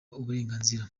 uburenganzira